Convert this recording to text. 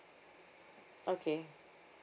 okay